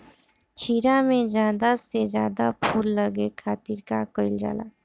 खीरा मे ज्यादा से ज्यादा फूल लगे खातीर का कईल जाला?